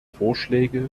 vorschläge